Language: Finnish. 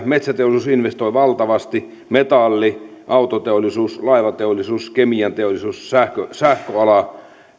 metsäteollisuus investoi valtavasti metalli autoteollisuus laivateollisuus kemianteollisuus sähköala sähköala